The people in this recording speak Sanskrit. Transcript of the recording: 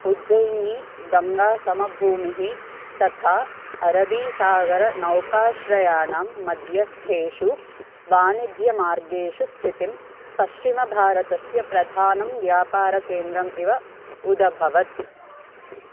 उज्जैनी गङ्गासमभूमिः तथा अरबीसागरनौकाश्रयाणां मध्यस्थेषु वाणिज्यमार्गेषु स्थितं पश्चिमभारतस्य प्रधानं व्यापारकेन्द्रम् इव उदभवत्